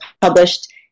published